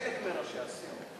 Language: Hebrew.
מחלק מראשי הסיעות.